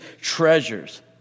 treasures